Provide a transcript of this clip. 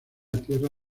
tierra